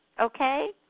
Okay